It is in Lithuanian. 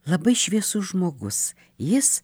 labai šviesus žmogus jis